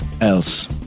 else